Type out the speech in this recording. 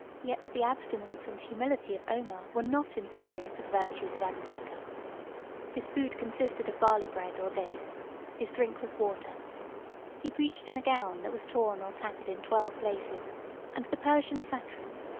yet the abstinence and humility of omar were not inferior to the virtues of abubeker his food consisted of barley bread or dates his drink was water he preached in a gown that was torn or tattered in twelve places and the persian satrap,